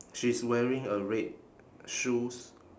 she's wearing a red shoes